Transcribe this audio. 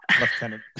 lieutenant